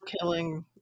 killing